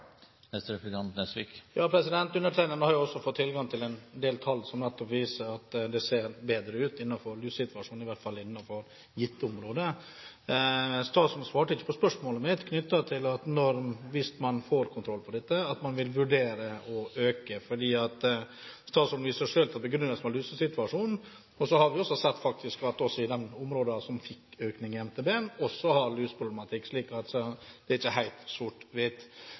Undertegnede har jo også fått tilgang til en del tall som nettopp viser at det ser bedre ut med tanke på lusesituasjonen, i hvert fall innenfor gitte områder. Statsråden svarte ikke på spørsmålet mitt om man vil vurdere å øke hvis man får kontroll på dette. Statsråden viste selv til at begrunnelsen var lusesituasjonen. Så har vi faktisk sett at også de områdene som fikk økning i MTB-en, har luseproblematikk, så